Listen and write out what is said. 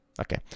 Okay